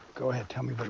go ahead. tell me but